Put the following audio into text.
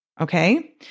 okay